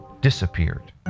disappeared